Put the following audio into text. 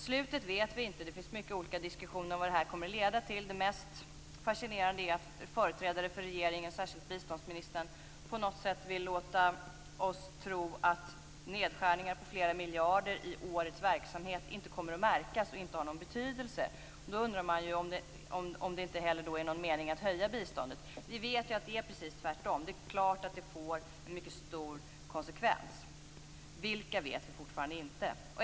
Slutet vet vi inte. Det finns mycket olika diskussioner om vad det här kommer att leda till. Det mest fascinerande är att företrädare för regeringen, främst biståndsministern, på något sätt vill låta oss tro att nedskärningar som flera miljarder i årets verksamhet inte kommer att märkas och inte har någon betydelse. Då undrar man om det inte heller är någon mening med att höja biståndet. Vi vet att det är precis tvärtom. Det är klart att det får mycket stora konsekvenser. Vilka vet vi fortfarande inte.